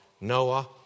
Noah